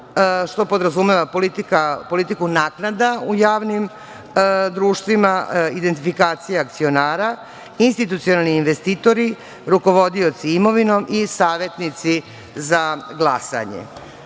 što podrazumeva politiku naknada u javnim društvima, identifikacija akcionara, institucionalni investitori, rukovodioci imovinom i savetnici za glasanje. Kako